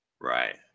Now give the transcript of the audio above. Right